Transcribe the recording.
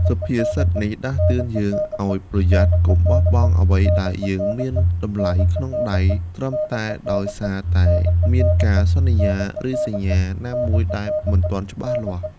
សុភាសិតនេះដាស់តឿនយើងឲ្យប្រយ័ត្ន កុំបោះបង់អ្វីដែលយើងមានតម្លៃក្នុងដៃ ត្រឹមតែដោយសារតែមានការសន្យា ឬសញ្ញាណាមួយដែលមិនទាន់ច្បាស់លាស់។